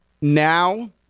now